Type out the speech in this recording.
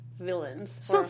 Villains